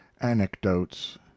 anecdotes